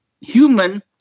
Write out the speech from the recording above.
human